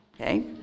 Okay